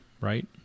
right